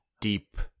deep